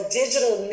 digital